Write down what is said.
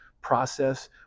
process